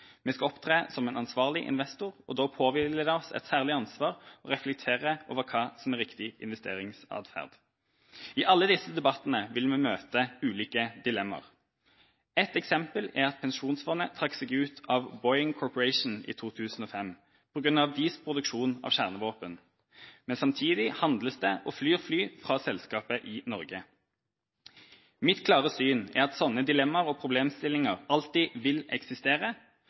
Vi skal opptre som en ansvarlig investor, og da påhviler det oss et særlig ansvar å reflektere over hva som er riktig investeringsatferd. I alle disse debattene vil vi møte ulike dilemmaer. Et eksempel er at Pensjonsfondet trakk seg ut av Boeing Corporation i 2005 på grunn av deres produksjon av kjernevåpen, men samtidig handles det og flyr fly fra selskapet i Norge. Mitt klare syn er at slike dilemmaer og problemstillinger alltid vil eksistere.